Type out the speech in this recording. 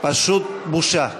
פשוט בושה.